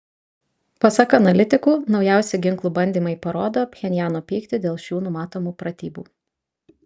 pasak analitikų naujausi ginklų bandymai parodo pchenjano pyktį dėl šių numatomų pratybų